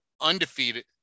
undefeated